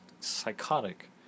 psychotic